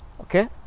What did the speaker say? Okay